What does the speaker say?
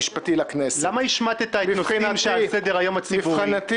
המשפטי לכנסת"." למה השמטת את "נושאים שעל סדר-היום הציבורי",